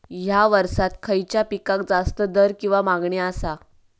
हया वर्सात खइच्या पिकाक जास्त दर किंवा मागणी आसा?